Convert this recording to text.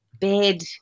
bed